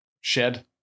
shed